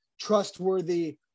trustworthy